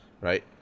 right